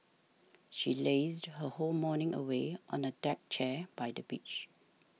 she lazed her whole morning away on a deck chair by the beach